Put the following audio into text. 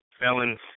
felons